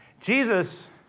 Jesus